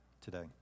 today